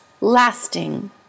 lasting